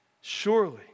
Surely